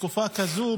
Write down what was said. בתקופה כזו,